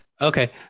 okay